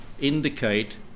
indicate